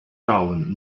talen